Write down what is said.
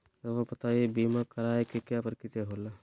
रहुआ बताइं बीमा कराए के क्या प्रक्रिया होला?